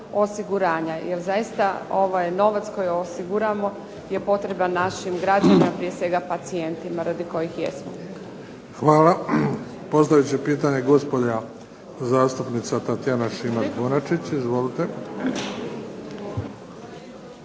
osiguranje, jer zaista ovaj novac koji osiguramo je potreban našim građanima i pacijentima radi kojih jesmo tu. **Bebić, Luka (HDZ)** Hvala. Postavit će pitanje gospođa zastupnica Tatjana Šimac-Bonačić. **Šimac